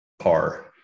par